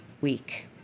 week